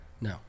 No